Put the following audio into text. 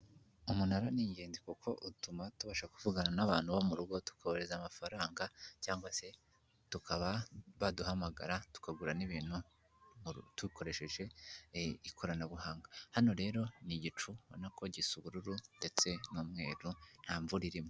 Umunara ni ingenzi kuko utuma tubasha kuvugana n'abantu bo mu rugo tukohereza amafaranga cyangwa se tukaba baduhamagara tukagura n'ibintu dukoresheje ikoranabuhanga. Hano rero ni igicu urabona ko gisa ubururu ndetse n'umweru nta mvura irimo.